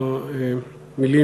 אדוני היושב-ראש,